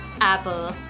Apple